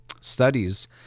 studies